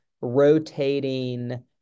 rotating